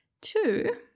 two